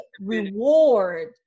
reward